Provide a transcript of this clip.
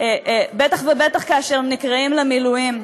בטח ובטח כאשר הם נקראים למילואים.